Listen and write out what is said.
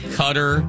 cutter